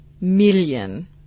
million